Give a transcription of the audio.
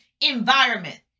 environment